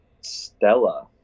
Stella